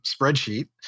spreadsheet